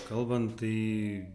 kalbant tai